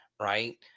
right